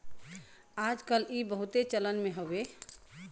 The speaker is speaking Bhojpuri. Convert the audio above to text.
आज कल ई बहुते चलन मे हउवे